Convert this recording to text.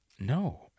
no